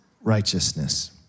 righteousness